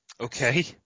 Okay